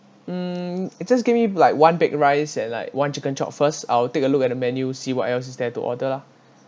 hmm you just give me like one baked rice and like one chicken chop first I'll take a look at the menu see what else is there to order lah